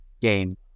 game